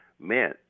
man